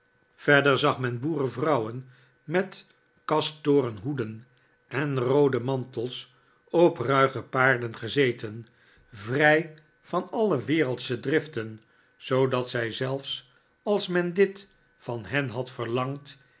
verder zag men boeren vrouwen met kastoren hoeden en roode mantels op ruige paarden gezeten vrij van alle wereldsche driften zoodat zij zelfs als men dit van hen had verlangd